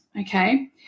okay